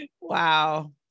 Wow